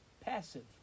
Passive